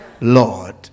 Lord